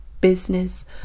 business